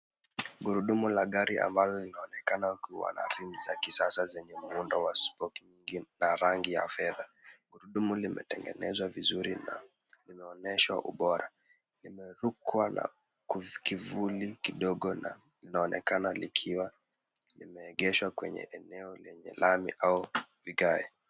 Gurudumu la gari ambalo linaonekana kuwa na rims za kisasa zenye muundo wa spoki nyingi na rangi ya fedha. Gurudumu limetengenezwa vizuri na linaonyesha ubora. Limerukwa na kivuli kidogo na linaonekana likiwa limeegeshwa kwenye eneo la lami au vigae.